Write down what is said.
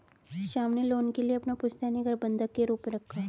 श्याम ने लोन के लिए अपना पुश्तैनी घर बंधक के रूप में रखा